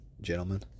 gentlemen